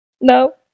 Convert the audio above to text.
No